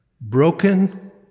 Broken